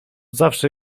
zawsze